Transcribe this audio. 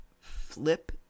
flip